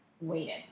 waited